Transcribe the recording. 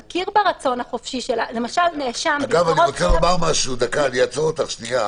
הוא מכיר ברצון החופשי למשל נאשם --- אני אעצור אותך שנייה.